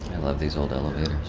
i love these old elevators.